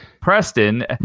preston